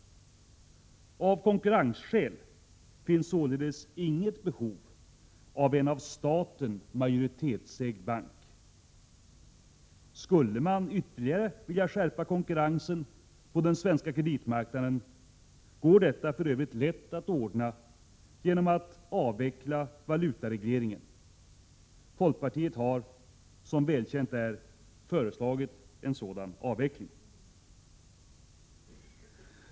Av konkurrensskäl finns således inget behov av en av staten majoritetsägd bank. Skulle man ytterligare vilja skärpa konkurrensen på den svenska kreditmarknaden, går detta för övrigt lätt att ordna genom att avveckla valutaregleringen. Folkpartiet har, som välkänt är, föreslagit en sådan avveckling.